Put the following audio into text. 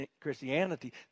Christianity